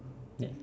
ya